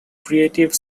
creative